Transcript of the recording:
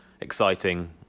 exciting